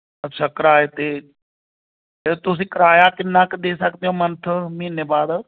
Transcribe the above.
ਅੱਛਾ ਕਿਰਾਏ 'ਤੇ ਅਤੇ ਤੁਸੀਂ ਕਿਰਾਇਆ ਕਿੰਨਾ ਕੁ ਦੇ ਸਕਦੇ ਹੋ ਮੰਥ ਮਹੀਨੇ ਬਾਅਦ